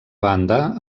banda